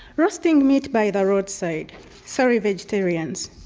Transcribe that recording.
roasting meat by the roadside sorry vegetarians.